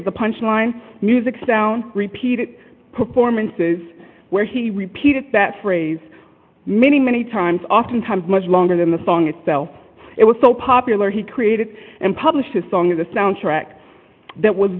of the punchline music sound repeated performances where he repeated that phrase many many times often times much longer than the song itself it was so popular he created and published a song with a soundtrack that was